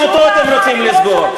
גם אותו אתם רוצים לסגור,